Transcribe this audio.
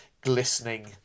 glistening